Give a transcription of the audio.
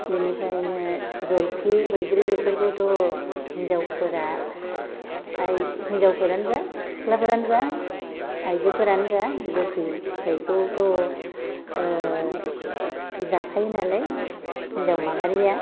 बेनिखायनो जलफि बैग्रि बेफोरखौथ' हिन्जावफोरा आइ हिन्जावफोरानो जा सिख्लाफ्रानो जा आयजोफोरानो जा गोखै फिथाइखौथ' जाखायो नालाय हिन्जाव माहारिया